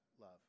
love